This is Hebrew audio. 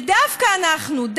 ודווקא אנחנו,